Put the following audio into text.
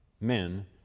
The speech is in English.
men